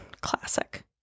classic